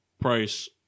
price